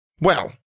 Well-